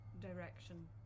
direction